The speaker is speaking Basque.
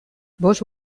bost